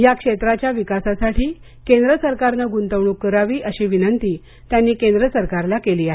या क्षेत्राच्या विकासासाठी केंद्र सरकारने गुंतवणूक करावी अशी विनंती त्यांनी केंद्र सरकारला केली आहे